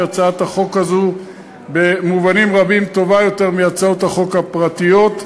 הצעת החוק הזו במובנים רבים טובה יותר מהצעות החוק הפרטיות.